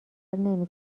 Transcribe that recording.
نمی